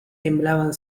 temblaban